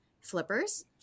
flippers